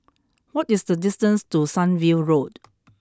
what is the distance to Sunview Road